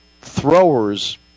Throwers